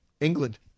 England